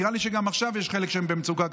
נראה לי שגם עכשיו יש חלק שהם קצת במצוקה,